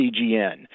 CGN